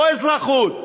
לא אזרחות.